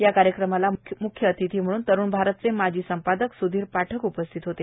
याप्रसंगी मूख्य अतिथी म्हणून तरुण भारतचे माजी संपादक सुधीर पाठक उपस्थित होते